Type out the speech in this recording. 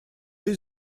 есть